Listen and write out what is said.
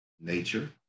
Nature